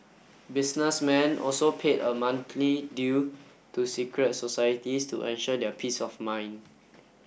businessmen also paid a monthly due to secret societies to ensure their peace of mind